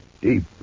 deep